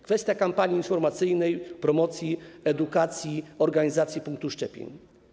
Kwestia kampanii informacyjnej, promocji, edukacji i organizacji punktów szczepień.